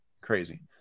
Crazy